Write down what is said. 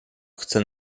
chce